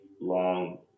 long